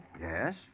Yes